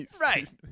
Right